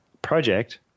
project